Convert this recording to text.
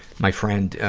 my friend, ah,